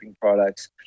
products